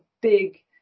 big